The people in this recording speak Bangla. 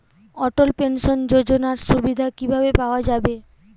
অটল পেনশন যোজনার সুবিধা কি ভাবে পাওয়া যাবে?